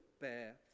bear